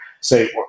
say